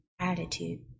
attitude